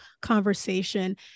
conversation